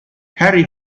harry